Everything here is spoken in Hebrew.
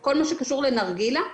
כל מה שקשור לנרגילה,